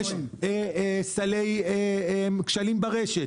יש כשלים ברשת.